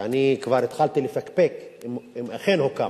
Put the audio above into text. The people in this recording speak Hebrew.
שאני כבר התחלתי לפקפק אם אכן הוקם,